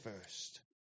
first